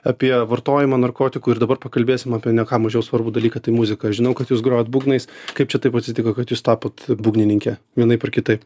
apie vartojimą narkotikų ir dabar pakalbėsim apie ne ką mažiau svarbų dalyką tai muzika žinau kad jūs grojat būgnais kaip čia taip atsitiko kad jūs tapot būgnininke vienaip ar kitaip